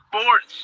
sports